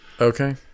Okay